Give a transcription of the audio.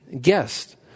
guest